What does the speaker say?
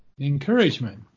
encouragement